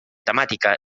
temàtica